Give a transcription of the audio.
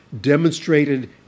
demonstrated